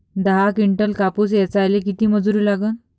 दहा किंटल कापूस ऐचायले किती मजूरी लागन?